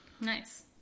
nice